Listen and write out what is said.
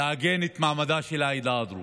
לעגן את מעמדה של העדה הדרוזית.